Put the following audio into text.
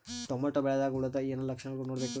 Tomato ಬೆಳಿದಾಗ್ ಹುಳದ ಏನ್ ಲಕ್ಷಣಗಳು ನೋಡ್ಬೇಕು?